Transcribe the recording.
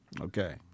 Okay